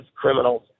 criminals